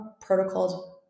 protocols